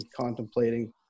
contemplating